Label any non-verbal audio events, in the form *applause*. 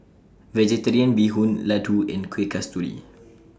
Vegetarian Bee Hoon Laddu and Kuih Kasturi *noise*